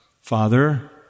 Father